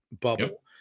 bubble